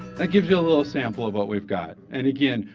that gives you a little sample of what we've got. and again,